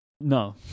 No